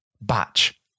Batch